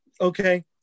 Okay